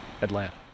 Atlanta